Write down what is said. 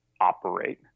operate